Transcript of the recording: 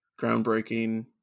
groundbreaking